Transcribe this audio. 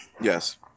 Yes